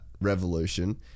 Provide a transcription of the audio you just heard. revolution